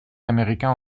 américain